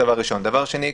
דבר שני,